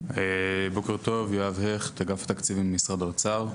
בוקר טוב, יואב הכט, אגף תקציבים משרד האוצר.